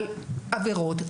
עבירות,